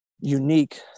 unique